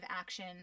action